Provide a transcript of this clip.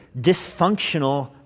dysfunctional